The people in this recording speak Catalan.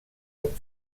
amb